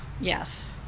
yes